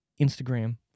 Instagram